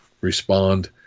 respond